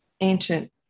ancient